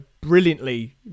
brilliantly